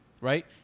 right